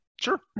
Sure